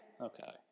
Okay